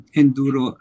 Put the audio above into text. enduro